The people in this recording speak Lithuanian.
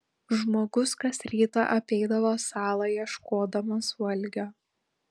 žmogus kas rytą apeidavo salą ieškodamas valgio